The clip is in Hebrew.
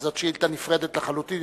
אבל זאת שאילתא נפרדת לחלוטין.